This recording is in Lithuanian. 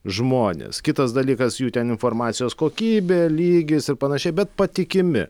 žmonės kitas dalykas jų ten informacijos kokybė lygis ir panašiai bet patikimi